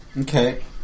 Okay